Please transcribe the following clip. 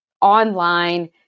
online